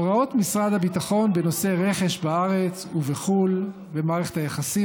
הוראות משרד הביטחון בנושא רכש בארץ ובחו"ל ומערכת היחסים